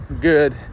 good